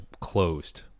closed